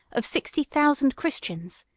of sixty thousand christians,